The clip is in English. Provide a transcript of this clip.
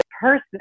person